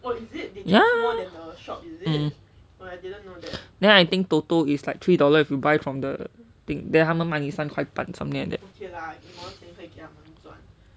ya um then I think toto is like three dollar if you buy from the thing then 他们卖你三块半:ta men mai ni san kuai bann something like that